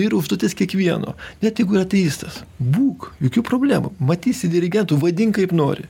yra užduotis kiekvieno net jeigu ir ateistas būk jokių problemų matysi dirigentų vadink kaip nori